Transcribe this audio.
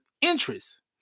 interest